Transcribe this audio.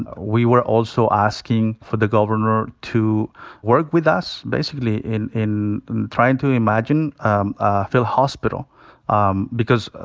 we were also asking for the governor to work with us. basically, in in trying to imagine um a field hospital um because,